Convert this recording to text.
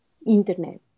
internet